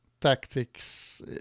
tactics